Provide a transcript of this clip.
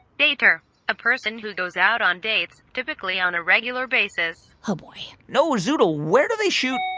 dater. a person who goes out on dates, typically on a regular basis oh, boy no, zoodle, where do they shoot.